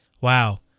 Wow